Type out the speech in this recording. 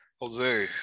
Jose